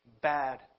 bad